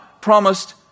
promised